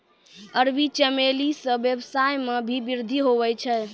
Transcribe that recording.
अरबी चमेली से वेवसाय मे भी वृद्धि हुवै छै